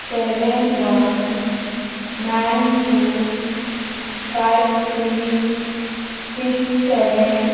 seven one nine two five three six seven